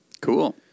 Cool